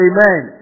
Amen